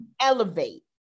elevate